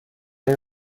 این